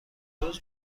روز